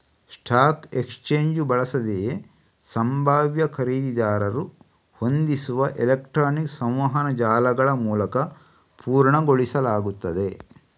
stock exchange ಬಳಸದೆಯೇ ಸಂಭಾವ್ಯ ಖರೀದಿದಾರರು ಹೊಂದಿಸುವ ಎಲೆಕ್ಟ್ರಾನಿಕ್ ಸಂವಹನ ಜಾಲಗಳಮೂಲಕ ಪೂರ್ಣಗೊಳಿಸಲಾಗುತ್ತದೆ